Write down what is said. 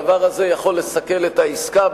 הדבר הזה יכול לסכל את העסקה,